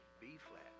B-flat